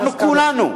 אנחנו כולנו,